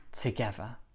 together